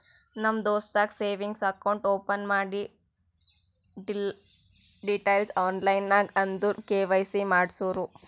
ನಮ್ ದೋಸ್ತಗ್ savings account open ಮಾಡಿ ಡೀಟೈಲ್ಸ್ ಆನ್ಲೈನ್ ನಾಗ್ ಅಂದುರ್ ಕೆ.ವೈ.ಸಿ ಮಾಡ್ಸುರು